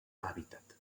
hàbitat